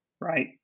Right